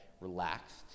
relaxed